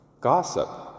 gossip